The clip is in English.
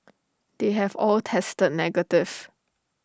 they have all tested negative